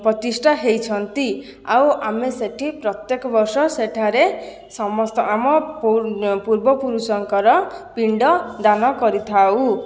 ପ୍ରତିଷ୍ଠା ହେଇଛନ୍ତି ଆଉ ଆମେ ସେଠି ପ୍ରତ୍ୟେକ ବର୍ଷ ସେଠାରେ ସମସ୍ତ ଆମ ପୂର୍ବ ପୁରୁଷଙ୍କର ପିଣ୍ଡଦାନ କରିଥାଉ